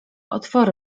otwory